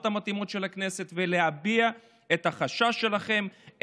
המתאימות של הכנסת ולהביע את החשש שלכם,